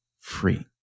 free